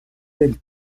del